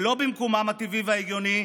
לא במקומם הטבעי וההגיוני,